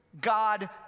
God